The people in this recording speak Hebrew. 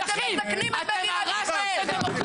את פוגעת בדמוקרטיה.